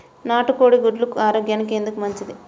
నాటు కోడి గుడ్లు ఆరోగ్యానికి ఎందుకు మంచిది?